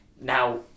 now